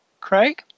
Craig